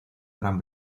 gran